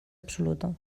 absoluta